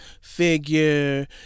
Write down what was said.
figure